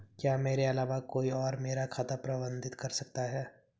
क्या मेरे अलावा कोई और मेरा खाता प्रबंधित कर सकता है?